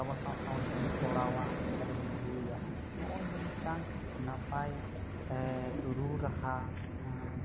ᱪᱟᱵᱟ ᱥᱟᱶ ᱥᱟᱶ ᱛᱮᱢ ᱛᱚᱲᱟᱣᱟ ᱟᱨ ᱮᱢ ᱨᱩᱭᱟ ᱦᱚᱜᱼᱚᱭ ᱡᱮ ᱢᱤᱫᱴᱟᱝ ᱱᱟᱯᱟᱭ ᱨᱩ ᱨᱟᱦᱟ